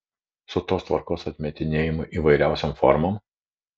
su tos tvarkos atmetinėjimu įvairiausiom formom